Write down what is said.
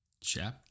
Chapter